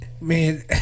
man